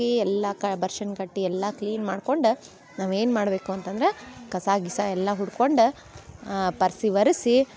ಎಲ್ಲ ಕ ಬರ್ಶನ್ ಕಟ್ಟಿ ಎಲ್ಲ ಕ್ಲೀನ್ ಮಾಡ್ಕೊಂಡು ನಾವು ಏನು ಮಾಡಬೇಕು ಅಂತಂದ್ರೆ ಕಸ ಗಿಸ ಎಲ್ಲ ಹುಡ್ಕೊಂಡು ಪರ್ಸಿ ಒರಸಿ